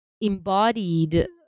embodied